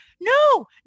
no